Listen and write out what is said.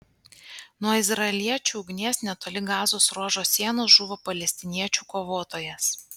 nuo izraeliečių ugnies netoli gazos ruožo sienos žuvo palestiniečių kovotojas